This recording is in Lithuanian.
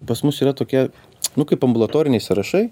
pas mus yra tokie nu kaip ambulatoriniai sąrašai